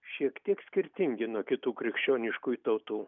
šiek tiek skirtingi nuo kitų krikščioniškųjų tautų